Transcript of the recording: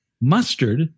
mustard